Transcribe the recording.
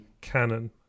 Canon